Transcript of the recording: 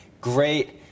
great